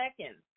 seconds